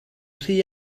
rhy